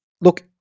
look